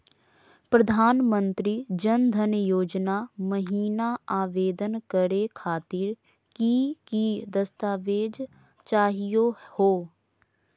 प्रधानमंत्री जन धन योजना महिना आवेदन करे खातीर कि कि दस्तावेज चाहीयो हो?